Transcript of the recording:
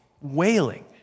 wailing